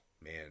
man